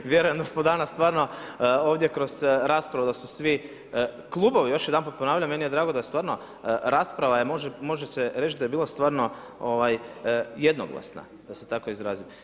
Ali vjerujem da smo danas stvarno ovdje kroz raspravu da su svi klubovi, još jedanput ponavljam, meni je drago da stvarno rasprava može se reći da je bila stvarno jednoglasna da se tako izrazim.